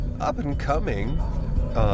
up-and-coming